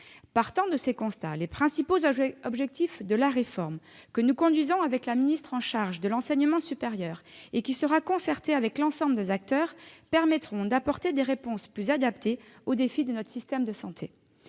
Partant de ces constats, les principaux objectifs de la réforme, que nous conduisons avec Mme la ministre en charge de l'enseignement supérieur et qui sera concertée avec l'ensemble des acteurs, permettront d'apporter des réponses plus adaptées aux défis de notre système de santé.